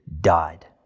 died